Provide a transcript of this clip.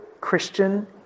Christian